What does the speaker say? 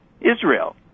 Israel